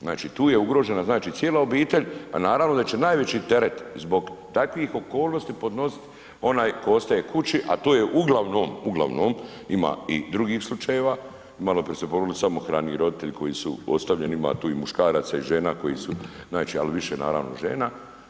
Znači tu je ugrožena znači cijela obitelj, a naravno da će najveći teret zbog takvih okolnosti podnosit onaj tko ostaje kući, a to je uglavnom, uglavnom ima i drugih slučajeva, maloprije su …/nerazumljivo/… samohrani roditelji koji su ostavljeni ima tu i muškaraca i žena koji su znači, ali više naravno žena.